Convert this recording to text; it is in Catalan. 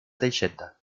teixeta